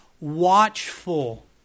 watchful